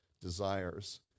desires